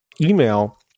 email